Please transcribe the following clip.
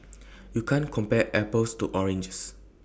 you can't compare apples to oranges